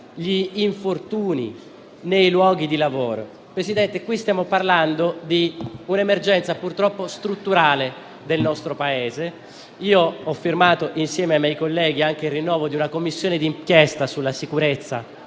gli infortuni nei luoghi di lavoro. Signor Presidente, stiamo parlando di una emergenza purtroppo strutturale del nostro Paese. Io ho firmato, insieme ai miei colleghi, per il rinnovo di una Commissione di inchiesta sulla sicurezza